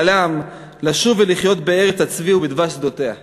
חלם לשוב ולחיות בארץ הצבי ובדבש שדותיה.